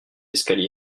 escaliers